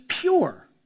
pure